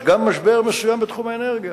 יש משבר מסוים גם בתחום האנרגיה.